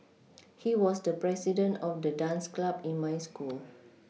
he was the president of the dance club in my school